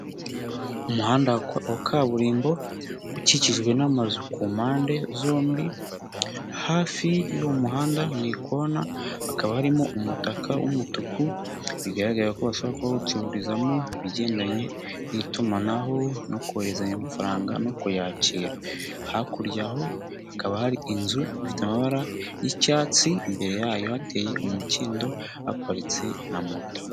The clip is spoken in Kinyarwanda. Umuhanda wa kaburimbo ukikijwe n'amazu ku mpande zombi. Hafi y'uwo muhanda mu ikona hakaba harimo umutaka w'umutuku. Bigaragara ko bashobora kuba bawucururizamo ibigendanye n'itumanaho no kohezanya amafaranga no kuyakira. Hakurya yaho hakaba hari inzu ifite amabara y'icyatsi. Imbere yayo hateye umukindo haparitse na moto.